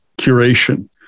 curation